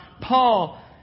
Paul